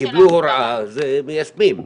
הם קיבלו הוראה והם מיישמים.